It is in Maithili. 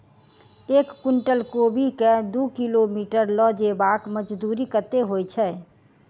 एक कुनटल कोबी केँ दु किलोमीटर लऽ जेबाक मजदूरी कत्ते होइ छै?